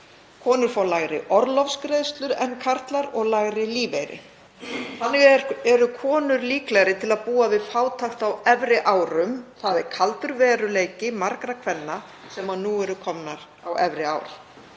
Konur fá lægri orlofsgreiðslur en karlar og lægri lífeyri. Þannig eru konur líklegri til að búa við fátækt á efri árum. Það er kaldur veruleiki margra kvenna sem nú eru komnar á efri ár.